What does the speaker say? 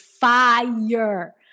fire